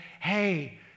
hey